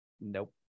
nope